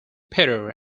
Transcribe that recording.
peter